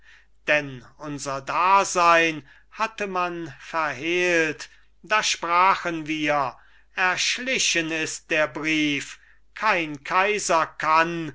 denn unser dasein hatte man verhehlt da sprachen wir erschlichen ist der brief kein kaiser kann